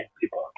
people